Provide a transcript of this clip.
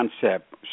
concept